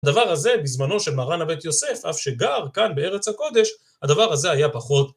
הדבר הזה בזמנו של מרן הבית יוסף, אף שגר כאן בארץ הקודש, הדבר הזה היה פחות